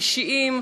אישיים,